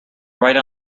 right